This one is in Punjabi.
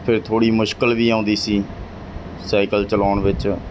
ਫਿਰ ਥੋੜ੍ਹੀ ਮੁਸ਼ਕਲ ਵੀ ਆਉਂਦੀ ਸੀ ਸਾਈਕਲ ਚਲਾਉਣ ਵਿੱਚ